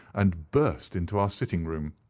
and burst into our sitting-room.